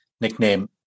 nickname